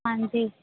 ਹਾਂਜੀ